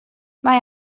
mae